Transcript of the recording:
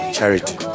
Charity